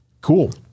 Cool